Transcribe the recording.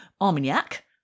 Armagnac